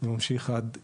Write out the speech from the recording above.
וממשיך עד כריש.